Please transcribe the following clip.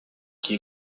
qui